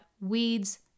weeds